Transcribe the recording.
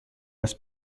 was